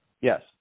Yes